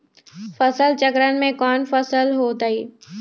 फसल चक्रण में कौन कौन फसल हो ताई?